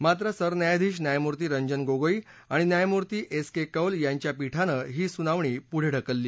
मात्र सरन्यायाधीश न्यायमूर्ती रंजन गोगोई आणि न्यायमूर्ती एस के कौल यांच्या पीठानं ही सुनावणी पुढे ढकलली